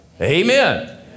amen